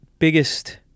biggest